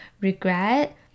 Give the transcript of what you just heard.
regret